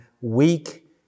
weak